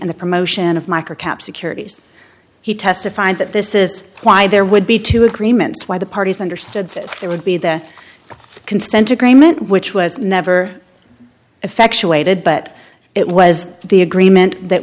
in the promotion of microcap securities he testified that this is why there would be two agreements why the parties understood that there would be the consent agreement which was never effectuated but it was the agreement that